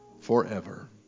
forever